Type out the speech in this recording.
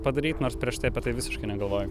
padaryt nors prieš tai apie tai visiškai negalvojai